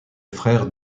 frère